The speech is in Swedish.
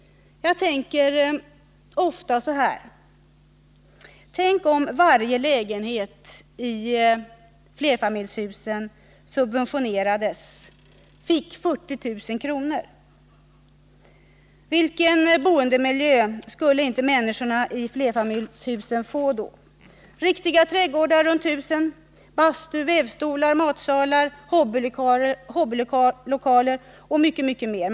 Jag tänker ofta så här: Om varje lägenhet i flerfamiljshusen subventionerades, fick 40000 kr., vilken boendemiljö skulle inte människorna i flerfamiljshusen få då! Riktiga trädgårdar runt husen, bastu, vävstugor, matsalar, hobbylokaler och mycket, mycket mer skulle de få.